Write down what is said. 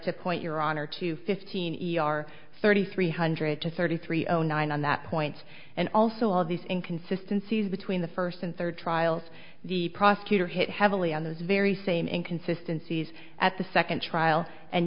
to point your honor to fifteen e e r thirty three hundred to thirty three zero nine on that points and also all of these inconsistency between the first and third trials the prosecutor hit heavily on those very same and consistencies at the second trial and